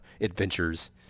adventures